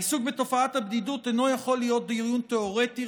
העיסוק בתופעת הבדידות אינו יכול להיות דיון תיאורטי,